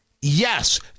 yes